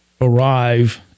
arrive